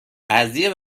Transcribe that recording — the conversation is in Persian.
قضیه